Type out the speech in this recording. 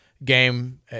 Game